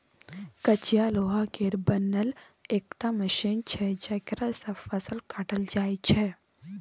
कचिया लोहा केर बनल एकटा मशीन छै जकरा सँ फसल काटल जाइ छै